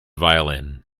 violin